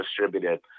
distributed